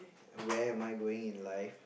where am I going in life